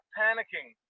panicking